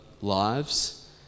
lives